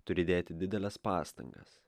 turi dėti dideles pastangas